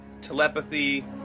telepathy